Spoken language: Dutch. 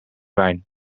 wijn